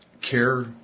care